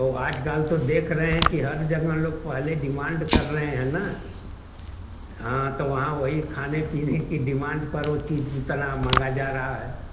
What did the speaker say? तो आजकल तो देख रहे हैं कि हर जगह लोग पहले डिमांड कर रहे हैं ना हाँ तो वहाँ वही खाने पीने की डिमांड पर वो चीज उतना मँगा जा रहा है